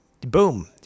boom